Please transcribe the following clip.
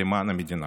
למען המדינה.